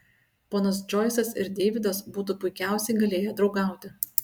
ponas džoisas ir deividas būtų puikiausiai galėję draugauti